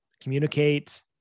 communicate